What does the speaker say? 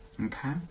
okay